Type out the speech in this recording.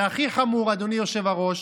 והכי חמור, אדוני היושב-ראש,